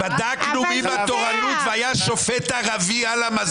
הכלל אפס מחילות ואפס הבנות.